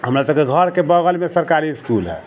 हमरासबके घरके बगलमे सरकारी इसकुल हइ